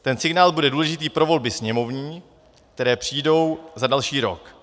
Ten signál bude důležitý pro volby sněmovní, které přijdou za další rok.